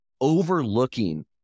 overlooking